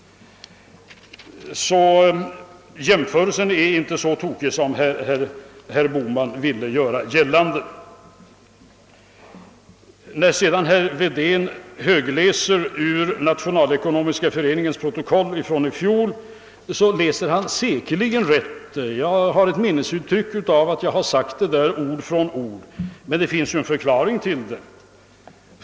Jämförelsen är alltså inte så tokig som herr Bohman ville göra gällande. När sedan herr Wedén högläser ur Nationalekonomiska föreningens protokoll från i fjol, vill jag säga att han säkerligen läser rätt. Jag har ett minne av att jag sagt detta ord för ord, men det finns en förklaring därtill.